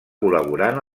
col·laborant